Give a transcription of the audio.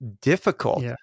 difficult